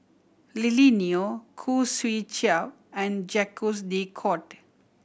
Lily Neo Khoo Swee Chiow and Jacques De Coutre